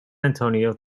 antonio